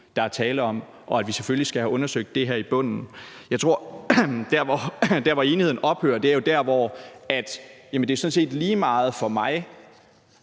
der er tale om, og at vi selvfølgelig skal have undersøgt det her til bunds. Der, hvor enigheden ophører, er, at det sådan er set lige meget for mig,